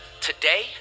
Today